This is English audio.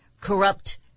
corrupt